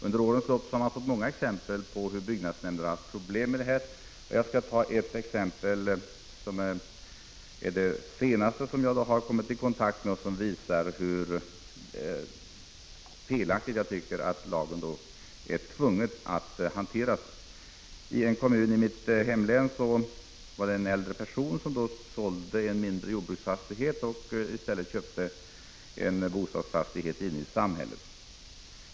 Under årens lopp har vi sett många exempel på att byggnadsnämnder haft problem med att tillämpa den, och jag vill här redovisa det som jag senast har kommit i kontakt med och som visar hur felaktigt man ibland tvingas hantera lagen. I en kommun i mitt hemlän började en person förhandla om försäljning av en mindre jordbruksfastighet samtidigt som han köpte en bostadsfastighet inne i samhället.